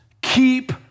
keep